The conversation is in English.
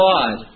God